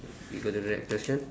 you got the next question